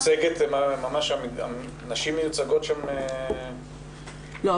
שמיוצגת ממש --- נשים מיוצגות שם --- לא,